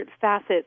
facets